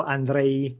Andrei